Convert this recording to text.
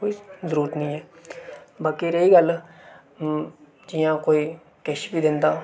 कोई जरूरत नेईं ऐ बाकी रेही गल्ल जि'यां कोई किश बी दिंदा